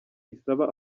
isaba